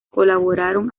colaboraron